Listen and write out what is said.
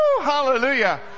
hallelujah